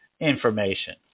information